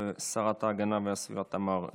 השרת להגנת הסביבה תמר זנדברג.